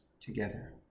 together